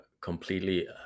completely